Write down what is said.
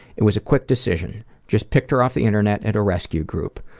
it was a quick decision. just picked her off the internet and a rescue group.